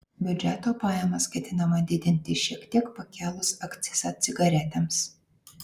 biudžeto pajamas ketinama didinti šiek tiek pakėlus akcizą cigaretėms